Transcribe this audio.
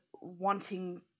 wanting